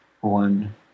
one